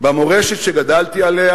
במורשת שגדלתי עליה,